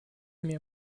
mir